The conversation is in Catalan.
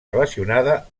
relacionada